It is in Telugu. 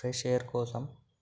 ఫ్రెష్ ఎయిర్ కోసం